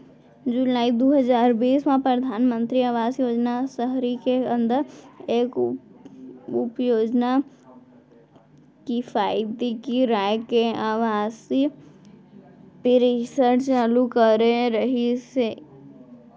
जुलाई दू हजार बीस म परधानमंतरी आवास योजना सहरी के अंदर एक उपयोजना किफायती किराया के आवासीय परिसर चालू करे गिस हे